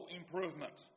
improvement